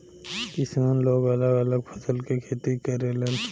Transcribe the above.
किसान लोग अलग अलग फसल के खेती करेलन